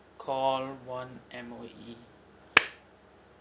call one M_O_E